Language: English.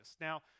now